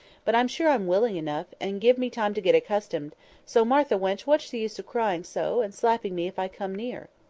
but i'm sure i'm willing enough, and give me time to get accustomed so, martha, wench, what's the use of crying so, and slapping me if i come near?